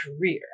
career